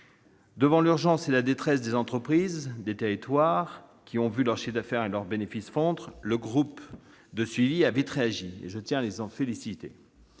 Devant l'urgence et la détresse des entreprises familiales de nos territoires qui ont vu leur chiffre d'affaires et leur bénéfice fondre, le groupe de suivi a vite réagi. Je tiens à l'en féliciter.